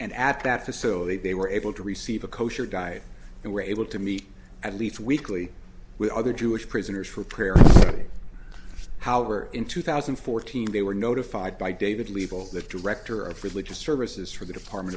and at that facility they were able to receive a kosher guy and were able to meet at least weekly with other jewish prisoners for prayer however in two thousand and fourteen they were notified by david leavell the director of religious services for the department